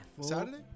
Saturday